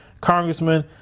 congressman